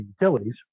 utilities